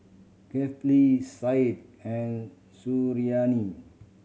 Kefli Said and Suriani